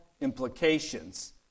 implications